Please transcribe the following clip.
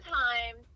time